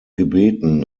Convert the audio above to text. gebeten